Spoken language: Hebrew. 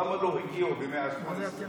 למה לא הגיעו במאה ה-18?